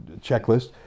checklist